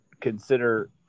consider